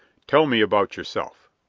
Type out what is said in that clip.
tell me about yourself.